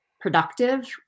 productive